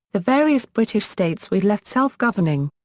the various british states were left self-governing.